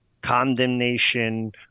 condemnation